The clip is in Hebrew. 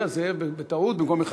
קודם כול אני אכריז על התוצאות: